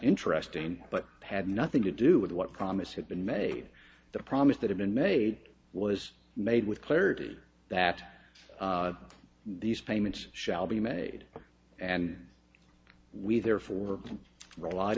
interesting but had nothing to do with what promise had been made the promise that have been made was made with clarity that these payments shall be made and we therefore relied